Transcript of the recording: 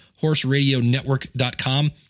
horseradionetwork.com